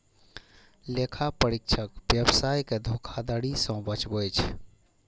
लेखा परीक्षक व्यवसाय कें धोखाधड़ी सं बचबै छै